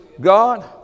God